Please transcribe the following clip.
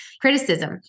criticism